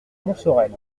montsorel